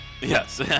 Yes